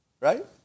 right